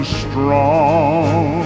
strong